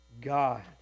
God